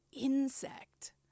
insect